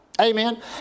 Amen